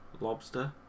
Lobster